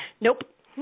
Nope